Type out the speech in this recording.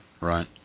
right